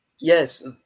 Yes